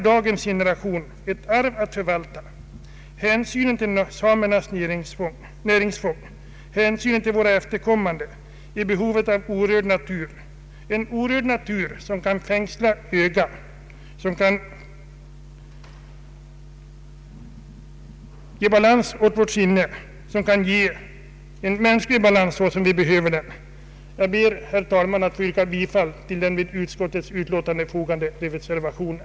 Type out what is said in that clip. Dagens generation har ett arv att förvalta — hänsynen till samernas näringsfång och hänsynen till våra efterkommande. Människorna har behov av en orörd natur som kan fängsla ögat och ge balans åt sinnet. Herr talman! Jag ber att få yrka bifall till den vid utskottets utlåtande fogade reservationen.